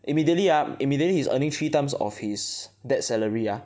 immediately ah immediately he's earning three times of his that salary ah